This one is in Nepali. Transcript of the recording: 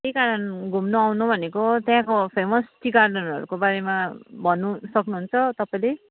त्यहीकारण घुम्नु आउनु भनेको त्यहाँको फेमस टी गार्डनहरूको बारेमा भन्नु सक्नुहुन्छ तपाईँले